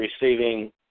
receiving